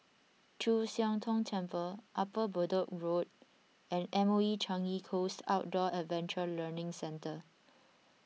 Chu Siang Tong Temple Upper Bedok Road and M O E Changi Coast Outdoor Adventure Learning Centre